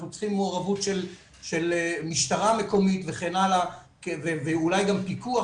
אנחנו צריכים מעורבות של משטרה מקומית וכן הלאה ואולי גם פיקוח